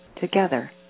together